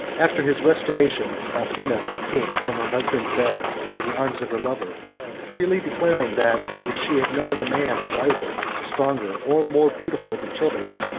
after his restoration, basina escaped from her husband's bed to the arms of her lover freely declaring, that if she had known a man wiser, stronger, or more beautiful, than childeric,